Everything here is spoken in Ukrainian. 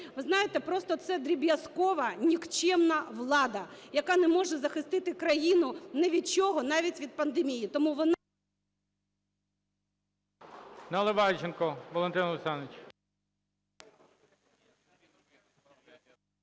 Ви знаєте, це просто дріб'язкова нікчемна влада, яка не може захистити країну ні він чого, навіть від пандемії.